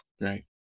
Right